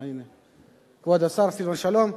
אה, הנה, כבוד השר סילבן שלום,